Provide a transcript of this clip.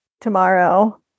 tomorrow